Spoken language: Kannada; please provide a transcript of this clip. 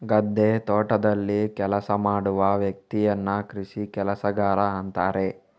ಗದ್ದೆ, ತೋಟದಲ್ಲಿ ಕೆಲಸ ಮಾಡುವ ವ್ಯಕ್ತಿಯನ್ನ ಕೃಷಿ ಕೆಲಸಗಾರ ಅಂತಾರೆ